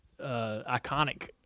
iconic